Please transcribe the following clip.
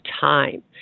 time